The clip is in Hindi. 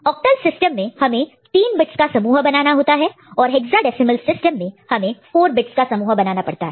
ऑक्टल सिस्टम में हमें 3 बिट्स का समूह ग्रुप group बनाना होता है और हेक्साडेसिमल सिस्टम में हमें 4 बिट्स का समूह ग्रुप group बनाना होता है